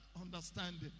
understanding